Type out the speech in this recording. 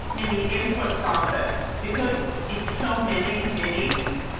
in the input process, because it's so many committees.